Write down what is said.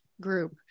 group